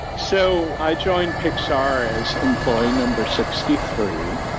so, i joined pixar as employee number sixty three,